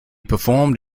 performed